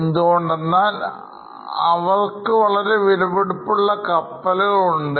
എന്തുകൊണ്ടെന്നാൽ അവർക്ക് വളരെ വിലപിടിപ്പുള്ള കപ്പലുകൾ ഉണ്ട്